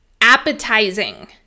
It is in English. appetizing